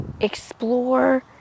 explore